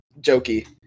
jokey